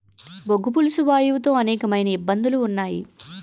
బొగ్గు పులుసు వాయువు తో అనేకమైన ఇబ్బందులు ఉన్నాయి